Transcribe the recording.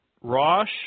Rosh